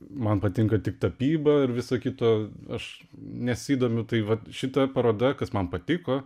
man patinka tik tapyba ir visuo kitu aš nesidomiu tai vat šita paroda kas man patiko